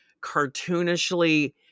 cartoonishly